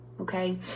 okay